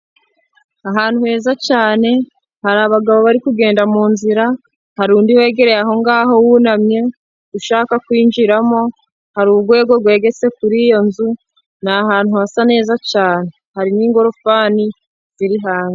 Ahantu heza cyane hari abagabo bari kugenda mu nzira, hari undi wegereye aho ngaho wunamye, ushaka kwinjiramo hari urwego rwegetse kuri iyo nzu ni ahantu hasa neza cyane, hari n'ingorofani ziri hanze.